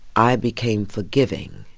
i became forgiving.